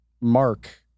Mark